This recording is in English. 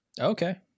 Okay